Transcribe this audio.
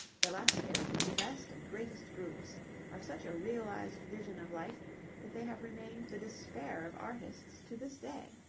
velasquez's best and greatest groups are such a realized vision of life that they have remained the despair of artists to this day.